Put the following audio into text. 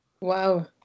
Wow